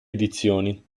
edizioni